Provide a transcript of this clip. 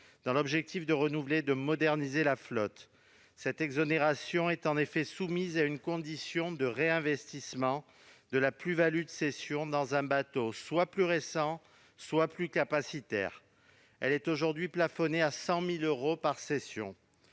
dans l'objectif de renouveler et de moderniser la flotte. Cette exonération, soumise à une condition de réinvestissement de la plus-value dans un bateau plus récent ou plus capacitaire, est aujourd'hui plafonnée à 100 000 euros par cession.